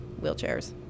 wheelchairs